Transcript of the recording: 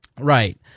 Right